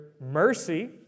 mercy